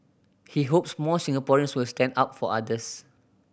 he hopes more Singaporeans will stand up for others